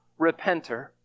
repenter